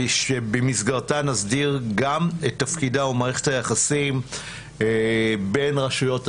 שבמסגרתה נסדיר גם את תפקידיה ומערכת היחסים בין רשויות השלטון.